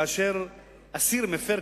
מסתבר שכאשר אסיר מפר,